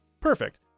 perfect